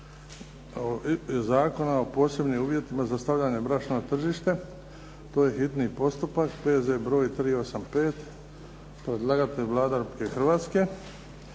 Zakona o posebnim uvjetima za stavljanje brašna na tržište, hitni postupak, P.Z. br. 385. Predlagatelj zakona je